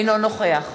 אינו נוכח